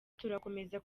turakomeza